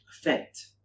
effect